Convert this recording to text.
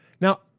Now